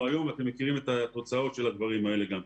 היום ואתם מכירים את התוצאות של הדברים האלה.